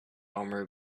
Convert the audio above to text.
army